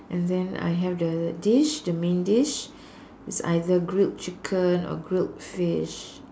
and then I have the dish the main dish is either grilled chicken or grilled fish